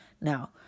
Now